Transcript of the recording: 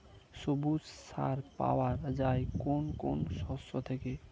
সবুজ সার পাওয়া যায় কোন কোন শস্য থেকে?